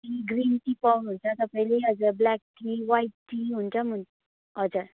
green tea पाउनु हुन्छ तपाईँले हजर ब्ल्याक टी वाइट टी हुन्छ पनि हजुर